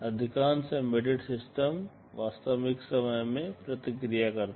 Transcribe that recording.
अधिकांश embedded system वास्तविक समय में प्रतिक्रिया करते हैं